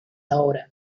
ahora